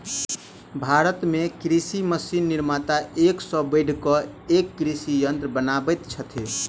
भारत मे कृषि मशीन निर्माता एक सॅ बढ़ि क एक कृषि यंत्र बनबैत छथि